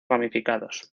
ramificados